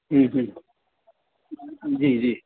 ہوں جی جی